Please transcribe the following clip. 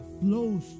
flows